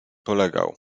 polegał